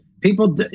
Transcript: people